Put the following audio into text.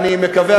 אני מקווה,